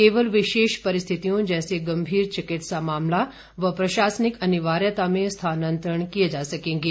केवल विशेष परिस्थितियों जैसे गंभीर चिकित्सा मामला व प्रशासनिक अनिवार्यता में स्थानांतरण किए जा सकेंगे